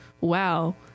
wow